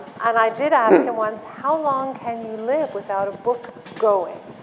and i did ask him once, how long can you live without a book going?